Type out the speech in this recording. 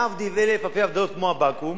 להבדיל אלף אלפי הבדלות, כמו הבקו"ם,